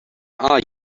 are